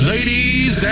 Ladies